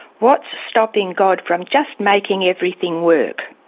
what's stopping god from just making everything work?